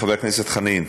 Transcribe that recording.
חבר הכנסת חנין,